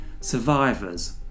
survivors